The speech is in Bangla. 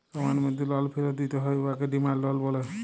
সময়ের মধ্যে লল ফিরত দিতে হ্যয় উয়াকে ডিমাল্ড লল ব্যলে